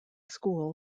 school